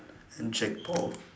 and jake-paul